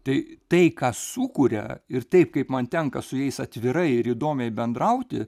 tai tai ką sukuria ir taip kaip man tenka su jais atvirai ir įdomiai bendrauti